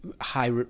high